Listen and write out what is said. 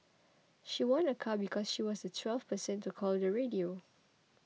she won a car because she was the twelfth person to call the radio